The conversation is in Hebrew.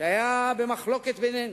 שהיה במחלוקת בינינו,